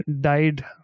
died